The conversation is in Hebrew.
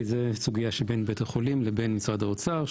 כי זאת סוגייה שהיא בין בית החולים לבין משרד האוצר,